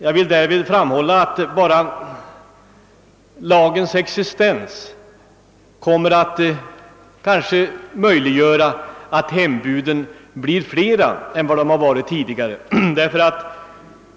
Lagen kommer genom sin blotta existens att medföra att hembuden blir flera än de varit tidigare.